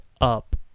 up